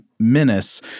Menace